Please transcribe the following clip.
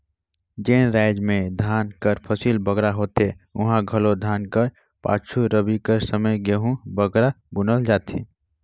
जेन राएज में धान कर फसिल बगरा होथे उहां घलो धान कर पाछू रबी कर समे गहूँ बगरा बुनल जाथे